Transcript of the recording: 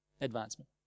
advancement